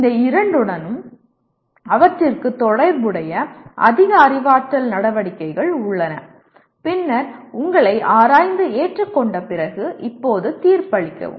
இந்த இரண்டு உடனும் அவற்றிற்கு தொடர்புடைய அதிக அறிவாற்றல் நடவடிக்கைகள் உள்ளன பின்னர் உங்களை ஆராய்ந்து ஏற்றுக்கொண்ட பிறகு இப்போது தீர்ப்பளிக்கவும்